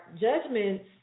Judgments